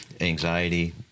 anxiety